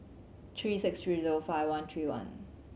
three six three zero five one three one